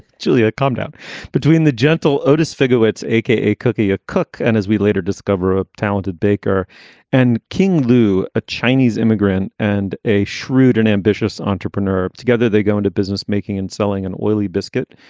julia come down between the gentle otis figure. it's a k a. cookie, a cook. and as we later discover, a talented baker and king lu, a chinese immigrant and a shrewd and ambitious entrepreneur. together they go into business making and selling an oily biscuit.